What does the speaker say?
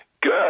Good